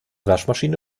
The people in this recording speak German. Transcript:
waschmaschine